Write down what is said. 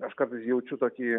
aš kartais jaučiu tokį